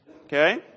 Okay